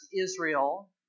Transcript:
Israel